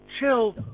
chill